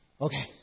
okay